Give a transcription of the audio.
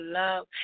love